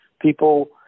People